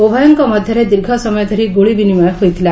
ଉଭୟଙ୍ଙ ମଧ୍ଧରେ ଦୀର୍ଘ ସମୟ ଧଶି ଗୁଳି ବିନିମୟ ହୋଇଥିଲା